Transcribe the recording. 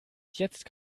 jetzt